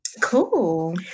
Cool